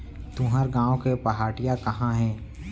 तुंहर गॉँव के पहाटिया कहॉं हे?